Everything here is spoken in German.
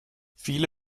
viele